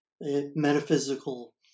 Metaphysical